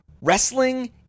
Wrestling